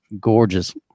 gorgeous